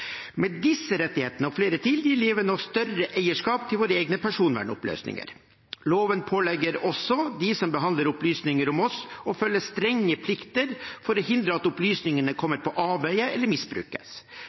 Med disse rettighetene, og flere til, gir loven oss større eierskap til våre egne personvernopplysninger. Loven pålegger også dem som behandler opplysninger om oss, å følge strenge plikter for å hindre at opplysningene